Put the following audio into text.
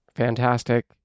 fantastic